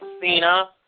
Cena